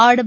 ஆடவர்